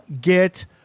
get